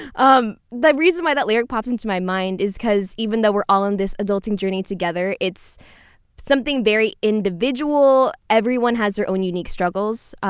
um but reason why that lyric pops into my mind is because even though we're all in this adulting journey together, it's something very individual. everyone has their own unique struggles.